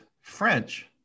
French